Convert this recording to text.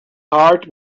heart